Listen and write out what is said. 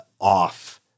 off